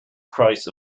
christ